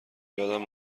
یادم